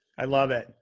i love it!